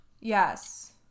yes